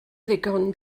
ddigon